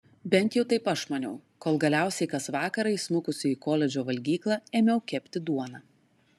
bent jau taip aš maniau kol galiausiai kas vakarą įsmukusi į koledžo valgyklą ėmiau kepti duoną